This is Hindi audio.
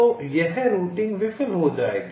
तो यह रूटिंग विफल हो जाएगी